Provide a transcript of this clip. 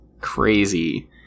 crazy